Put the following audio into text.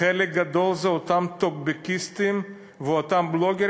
חלק זה אותם טוקבקיסטים ואותם בלוגרים